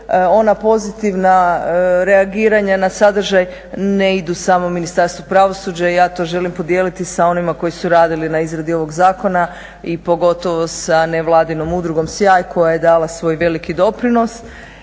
Ona pozitivna reagiranja na sadržaj ne idu samo Ministarstvu pravosuđa i ja to želim podijeliti sa onima koji su radili na izradi ovog zakona i pogotovo sa nevladinom udrugom Sjaj koja je dala svoj veliki doprinos.